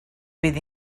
bydd